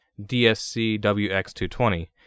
DSC-WX220